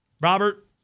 Robert